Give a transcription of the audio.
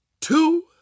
two